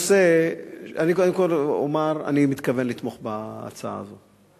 אני קודם כול אומר שאני מתכוון לתמוך בהצעה הזאת.